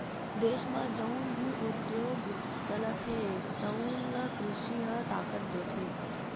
देस म जउन भी उद्योग चलत हे तउन ल कृषि ह ताकत देथे